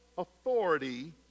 Authority